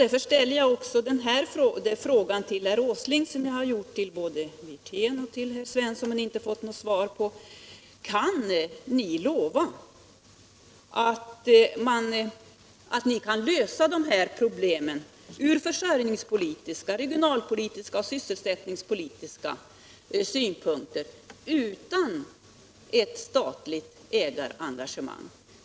Därför ställer jag också till herr Åsling den fråga som jag ställt till både herr Wirtén och herr Svensson i Skara men inte fått något svar på: Kan ni lova att ni kan lösa de här problemen från försörjningspolitiska, regionalpolitiska och sysselsättningspolitiska synpunkter utan ett statligt ägarengagemang?